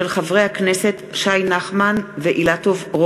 מאת חברי הכנסת אלעזר שטרן, דב חנין,